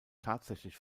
tatsächlich